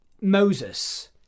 Moses